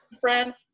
friend